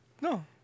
No